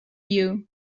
you